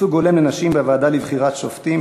(ייצוג הולם לנשים בוועדה לבחירת שופטים),